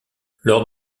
lors